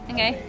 Okay